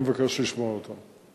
אני מבקש לשמוע אותן.